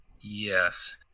Yes